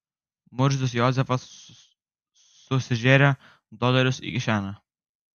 murzius jozefas susižėrė dolerius į kišenę